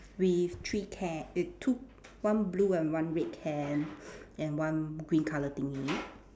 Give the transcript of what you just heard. with three ca~ err two one blue and one red can and one green colour thingy